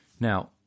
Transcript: Now